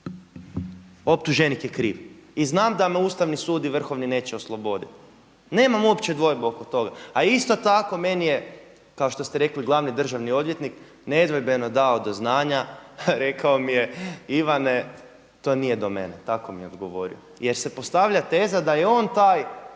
optuženik je kriv. I znam da me Ustavni sud i Vrhovni neće osloboditi. Nemam uopće dvojbe oko toga, a isto tako meni je kao što ste rekli glavni državni odvjetnik nedvojbeno dao do znanja, rekao mi je Ivane to nije do mene. Tako mi je odgovorio, jer se postavlja teza da je on taj